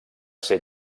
ser